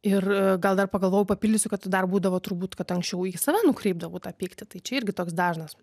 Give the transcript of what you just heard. ir gal dar pagalvojau papildysiu kad dar būdavo turbūt kad anksčiau į save nukreipdavau tą pyktį tai čia irgi toks dažnas